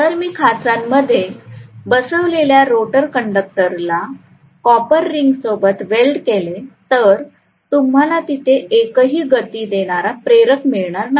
जर मी खाचांमध्ये बसवलेल्या रोटर कंडक्टर्सला कॉपर रिंगसोबत वेल्ड केले तर तुम्हाला तिथे एकही ग़ति देणारा प्रेरक मिळणार नाही